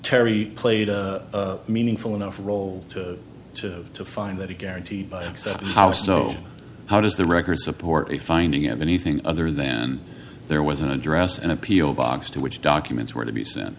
terry played a meaningful enough role to to find that a guaranteed by house so how does the record support a finding of anything other than there was an address an appeal box to which documents were to be sent